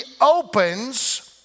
opens